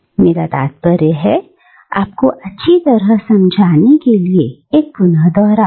इसलिए मेरा तात्पर्य है आपको अच्छी तरह समझाने के लिए एक पुनः दोहराव